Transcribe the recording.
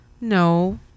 No